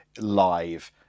live